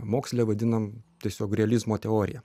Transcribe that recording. moksle vadinam tiesiog realizmo teorija